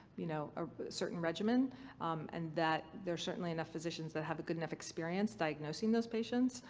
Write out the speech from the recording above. you know, a certain regimen and that there are certainly enough physicians that have a good enough experience diagnosing those patients.